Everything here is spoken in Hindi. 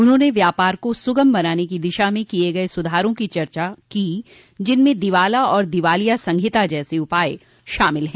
उन्होंने व्यापार को सुगम बनाने की दिशा में किये गये सुधारों की चर्चा की जिनमें दिवाला और दिवालिया संहिता जैसे उपाय शामिल हैं